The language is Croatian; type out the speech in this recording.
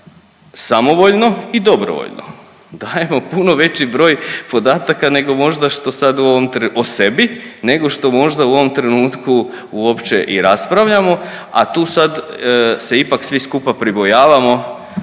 samovoljno i dobrovoljno dajemo puno veći broj podataka nego možda što sad u ovom, o sebi, nego što možda u ovom trenutku uopće i raspravljamo, a tu sad se ipak svi skupa pribojavamo